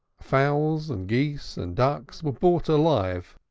fowls and geese and ducks were bought alive,